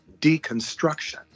deconstruction